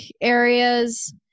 areas